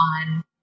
on